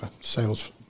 sales